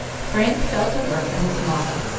frank fell to work on his model,